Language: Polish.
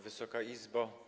Wysoka Izbo!